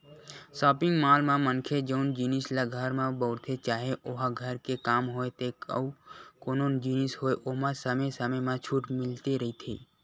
shopping mall म मनखे जउन जिनिस ल घर म बउरथे चाहे ओहा घर के काम होय ते अउ कोनो जिनिस होय ओमा समे समे म छूट मिलते रहिथे